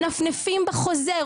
מנפנפים בחוזה,